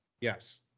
Yes